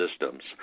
systems